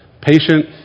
patient